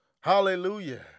Hallelujah